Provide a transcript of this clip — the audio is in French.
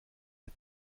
les